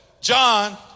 John